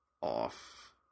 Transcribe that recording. off